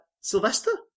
Sylvester